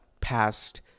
past